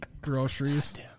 groceries